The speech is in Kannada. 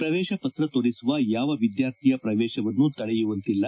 ಪ್ರವೇಶ ಪತ್ರ ತೋರಿಸುವ ಯಾವ ವಿದ್ಯಾರ್ಥಿಯ ಪ್ರವೇಶವನ್ನೂ ತಡೆಯುವಂತಿಲ್ಲ